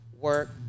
work